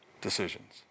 decisions